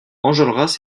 enjolras